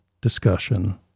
discussion